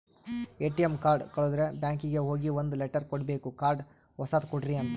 ATM card ಕಳುದ್ರೆ ಬ್ಯಾಂಕಿಗೆ ಹೋಗಿ ಒಂದ್ ಲೆಟರ್ ಕೊಡ್ಬೇಕು ಕಾರ್ಡ್ ಹೊಸದ ಕೊಡ್ರಿ ಅಂತ